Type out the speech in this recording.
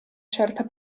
certa